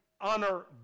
honor